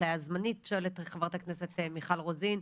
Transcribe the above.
התליה זמנית שואלת חברת הכנסת מיכל רוזין.